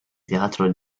teatro